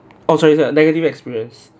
oh so it's a negative experience